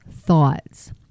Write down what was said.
thoughts